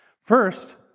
First